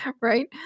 Right